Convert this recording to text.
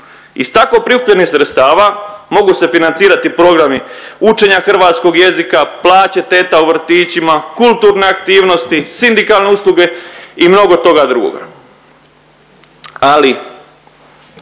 Iz tako prikupljenih sredstava mogu se financirati programi učenja hrvatskog jezika, plaće teta u vrtićima, kulturne aktivnosti, sindikalne usluge i mnogo toga drugoga.